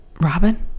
Robin